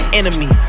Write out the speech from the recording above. enemy